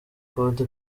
condé